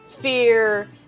fear